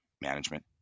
management